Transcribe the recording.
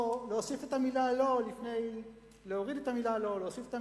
או להוסיף את המלה "לא", להוריד את המלה "כן",